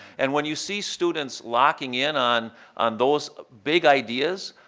and when you see students locking in on on those big ideas,